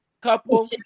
couple